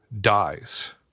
dies